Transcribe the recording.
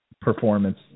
performance